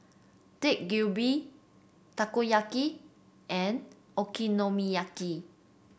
Dak Galbi Takoyaki and Okonomiyaki